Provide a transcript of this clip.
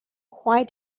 why